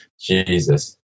Jesus